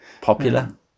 Popular